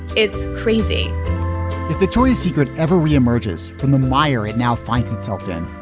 it's crazy if the choice secret ever reemerges from the mire it now finds itself in.